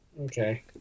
okay